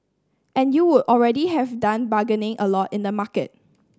and you would already have done bargaining a lot in the market